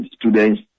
students